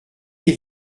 des